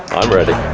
i'm ready!